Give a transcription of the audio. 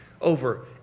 over